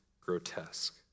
grotesque